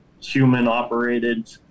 human-operated